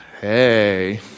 Hey